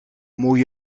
moet